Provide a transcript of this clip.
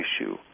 issue